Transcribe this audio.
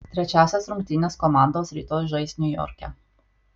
trečiąsias rungtynes komandos rytoj žais niujorke